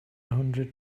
hundred